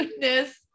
goodness